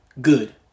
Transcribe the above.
Good